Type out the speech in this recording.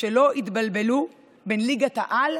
ושלא יתבלבלו בין ליגת העל